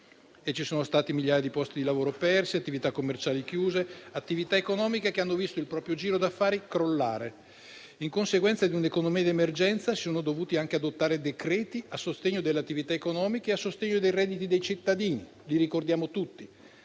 Ci sono stati migliaia di posti di lavoro persi, attività commerciali chiuse, attività economiche che hanno visto il proprio giro d'affari crollare. In conseguenza di un'economia di emergenza, si sono dovuti adottare decreti a sostegno delle attività economiche e a sostegno dei redditi dei cittadini, e li ricordiamo tutti.